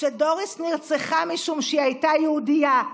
שדוריס נרצחה משום שהיא הייתה יהודייה.